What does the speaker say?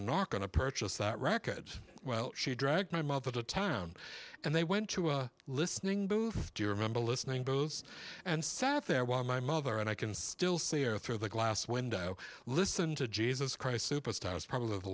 not going to purchase that records well she dragged my mother to town and they went to a listening booth to remember listening bows and sat there while my mother and i can still see air through the glass window listen to jesus christ superstar is probably